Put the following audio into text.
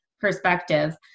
perspective